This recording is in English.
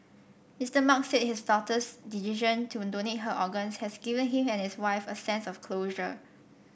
Mister Mark said his daughter's decision to donate her organs has given him and his wife a sense of closure